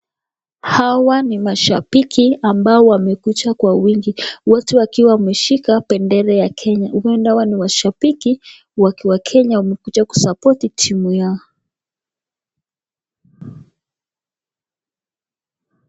Hawa ni mashabiki ambao wamekuja kwa wingi. Wote wakiwa wameshika bendera ya Kenya. Huenda hawa ni mashabiki wa Kenya wakiwa wamekuja kusapoti timu yao.